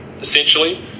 Essentially